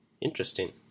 Interesting